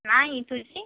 नाही तुझी